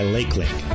Lakelink